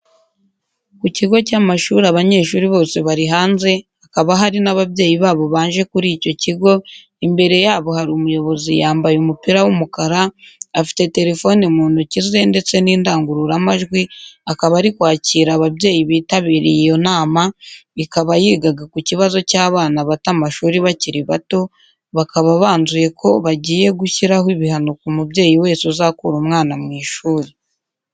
Ku kigo cy'amashuri abanyeshuri bose bari hanze, hakaba hari n'ababyeyi babo baje kuri icyo kigo, imbere yabo hari umuyobozi yambaye umupira w'umukara, afite telefone mu ntoki ze ndetse n'indangururamajwi, akaba ari kwakira ababyeyi bitabiriye iyo nama, ikaba yigaga ku kibazo cy'abana bata amashuri bakiri bato, bakaba banzuye ko bagiye gushyiraho ibihano ku mubyeyi wese uzakura umwana mu ishuri.